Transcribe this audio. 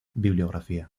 bibliografía